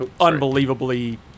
unbelievably